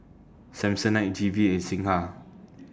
Samsonite Q V and Singha